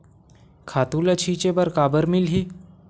खातु ल छिंचे बर काबर मिलही?